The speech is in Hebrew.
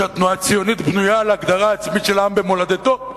שהתנועה הציונית בנויה על הגדרה עצמית של העם במולדתו,